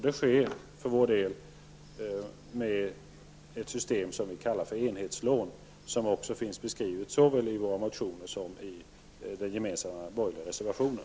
Det sker för vår del genom ett system som vi kallar enhetslån, vilket finns beskrivet såväl i våra motioner som i den gemensamma borgerliga reservationen.